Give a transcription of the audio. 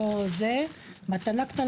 מתנה קטנה,